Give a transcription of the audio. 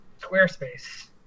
Squarespace